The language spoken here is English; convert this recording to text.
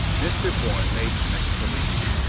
mr. bourne made an exclamation.